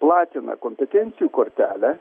platina kompetencijų kortelę